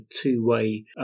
two-way